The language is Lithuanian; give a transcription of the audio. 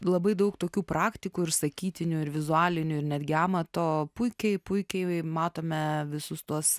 labai daug tokių praktikų ir sakytinių ir vizualinių ir netgi amato puikiai puikiai matome visus tuos